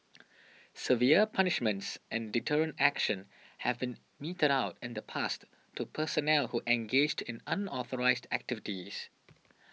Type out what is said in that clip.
severe punishments and deterrent action have been meted out in the past to personnel who engaged in unauthorised activities